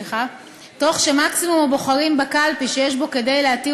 תוך שמקסימום הבוחרים בקלפי שיש בו כדי להתיר